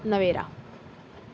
Naveera